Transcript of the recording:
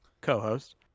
co-host